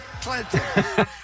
Clinton